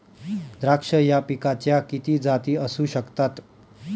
द्राक्ष या पिकाच्या किती जाती असू शकतात?